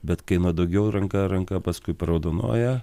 bet kai nuo daugiau ranka ranka paskui paraudonuoja